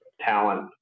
talent